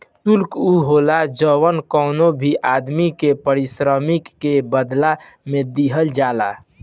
शुल्क उ होला जवन कवनो भी आदमी के पारिश्रमिक के बदला में दिहल जाला